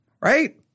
right